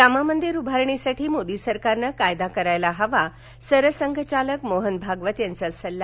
राम मदिर उभारणीसाठी मोदी सरकारन कायदा करायला हवा सरसंघचालक मोहन भागवत यांचा सल्ला